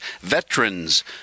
veterans